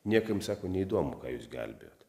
niekam sako neįdomu ką jūs gelbėjot